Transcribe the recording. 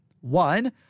One